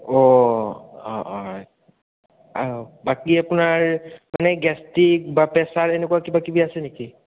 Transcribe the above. অঁ অঁ হয় অঁ বাকী আপোনাৰ এনে গেষ্ট্ৰিক বা প্ৰেচাৰ এনেকুৱা কিবাকিবি আছে নেকি